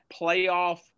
playoff